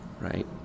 right